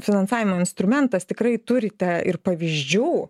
finansavimo instrumentas tikrai turite ir pavyzdžių